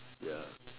ya